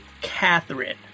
Catherine